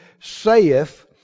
saith